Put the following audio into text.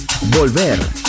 Volver